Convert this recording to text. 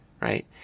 right